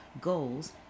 goals